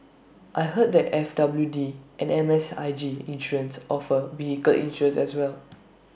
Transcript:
I heard that F W D and M S I G insurance offer vehicle insurance as well